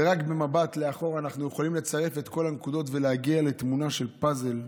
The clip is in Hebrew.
ורק במבט לאחור אנחנו יכולים לצרף את כל הנקודות ולהגיע לתמונה של פאזל,